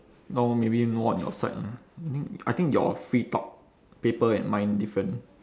now maybe more on your side lah I think your free talk paper and mine different